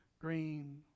green